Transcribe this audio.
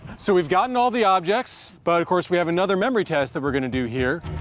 so we've gotten all the objects. but of course, we have another memory test that we're gonna do here.